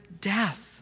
death